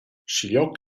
schiglioc